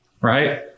right